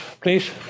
please